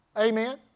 Amen